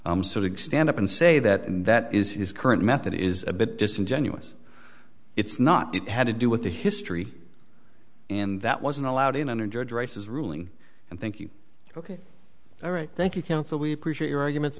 sort of stand up and say that and that is his current method is a bit disingenuous it's not it had to do with the history and that wasn't allowed in under judge rice's ruling and thank you ok all right thank you counsel we appreciate your arguments